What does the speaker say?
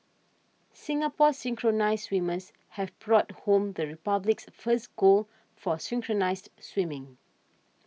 Singapore's synchronised swimmers have brought home the Republic's first gold for synchronised swimming